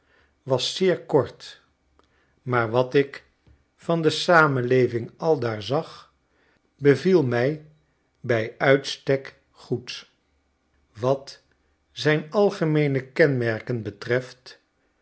was zeer kort maar wat ik van de samenleving aldaar zag beviel mij bij uitstek goed wat zijn algemeene kenmerken betreft